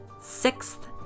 sixth